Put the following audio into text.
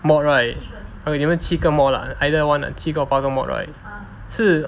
mod right 你们七个 mod lah either one 七个 or 八个 mod right 是